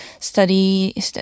Study